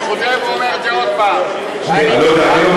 אני חוזר ואומר את זה עוד הפעם, אני לא יודע.